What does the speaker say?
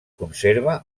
conserva